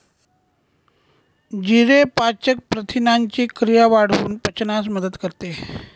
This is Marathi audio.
जिरे पाचक प्रथिनांची क्रिया वाढवून पचनास मदत करते